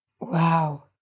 Wow